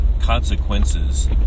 consequences